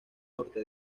norte